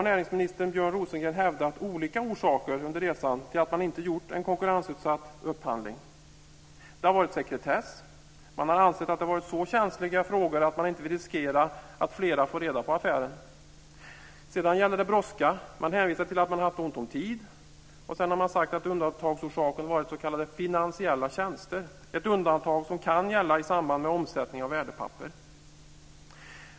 Näringsminister Björn Rosengren har under resans gång hävdat olika orsaker till att man inte gjorde en konkurrensutsatt upphandling. Det har varit sekretess. Man har ansett att frågorna har varit så känsliga att man inte velat riskera att fler fått reda på affären. Sedan gäller det brådska. Man hänvisar till att man har haft ont om tid. Sedan har man sagt att undantagsorsaken varit s.k. finansiella tjänster. Det är ett undantag som kan gälla i samband med omsättning av värdepapper.